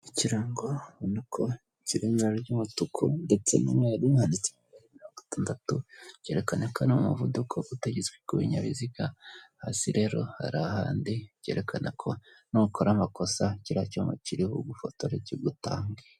Ikirango ubona ko kirimo ibara ry'umutuku ndetse n'utsetandatu ryerekana ko n umuvuduko utagitswe ku bininyabiziga hasi rero hari ahandi byerekana ko nukora amakosa iki cyuma kiribugufotora kigutanga.